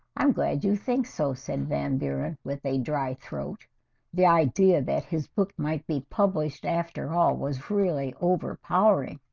i'm glad you think so said van buren with a dry throat the idea that his book might be published after all was really overpowering